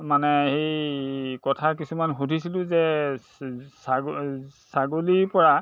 মানে সেই কথা কিছুমান সুধিছিলোঁ যে ছাগ ছাগলীৰ পৰা